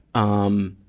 um,